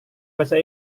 bahasa